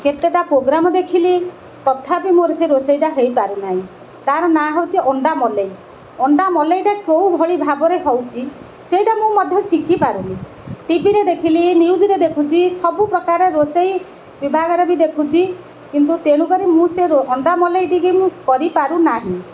କେତେଟା ପୋଗ୍ରାମ୍ ଦେଖିଲି ତଥାପି ମୋର ସେ ରୋଷେଇଟା ହେଇପାରୁ ନାହିଁ ତା'ର ନାଁ ହେଉଛି ଅଣ୍ଡା ମଲେଇ ଅଣ୍ଡା ମଲେଇଟା କୋଉ ଭଳି ଭାବରେ ହେଉଛି ସେଇଟା ମୁଁ ମଧ୍ୟ ଶିଖିପାରୁନି ଟିଭିରେ ଦେଖିଲି ନ୍ୟୁଜ୍ରେ ଦେଖୁଛି ସବୁପ୍ରକାର ରୋଷେଇ ବିଭାଗରେ ବି ଦେଖୁଛି କିନ୍ତୁ ତେଣୁକରି ମୁଁ ସେ ଅଣ୍ଡା ମଲେଇଟିକୁ ମୁଁ କରିପାରୁ ନାହିଁ